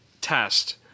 Test